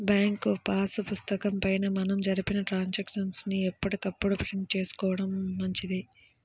bank pass పుస్తకం పైన మనం జరిపిన ట్రాన్సాక్షన్స్ ని ఎప్పటికప్పుడు ప్రింట్ చేయించుకోడం మంచిది